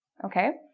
okay?